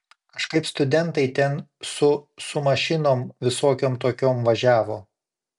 kažkaip studentai ten su su mašinom visokiom tokiom važiavo